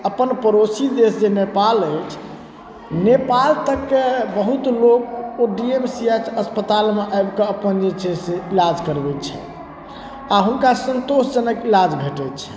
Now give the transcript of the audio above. अपन पड़ोसी देश जे नेपाल अछि नेपाल तकके बहुत लोक O D M C H अस्पतालमे आबिकऽ अपन जे छै से इलाज करबै छथि आओर हुनका संतोषजनक इलाज भेटै छनि